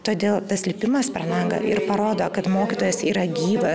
todėl tas lipimas per langą ir parodo kad mokytojas yra gyvas